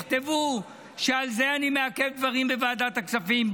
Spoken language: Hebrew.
יכתבו שעל זה אני מעכב דברים בוועדת הכספים.